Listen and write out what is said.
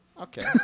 okay